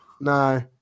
No